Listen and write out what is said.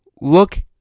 Look